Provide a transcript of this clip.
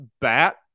bat